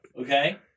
Okay